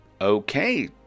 Okay